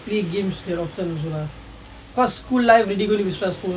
play games that often also cause school life already going to be stressful